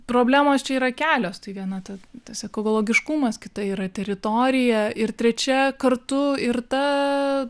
problemos čia yra kelios tai viena ta tas ekologiškumas kita yra teritorija ir trečia kartu ir ta